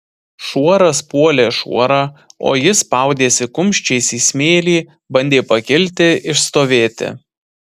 šuoras puolė šuorą o jis spaudėsi kumščiais į smėlį bandė pakilti išstovėti